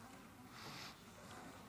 חבריי חברי